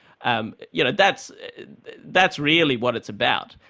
um you know, that's that's really what it's about.